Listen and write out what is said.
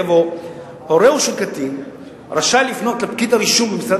יבוא: "הורהו של קטין רשאי לפנות לפקיד הרישום במשרד